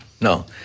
No